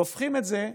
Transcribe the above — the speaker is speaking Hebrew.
והופכים את זה למשהו,